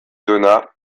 donna